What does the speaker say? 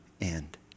end